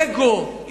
אגו,